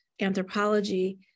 anthropology